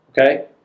Okay